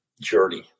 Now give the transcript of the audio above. journey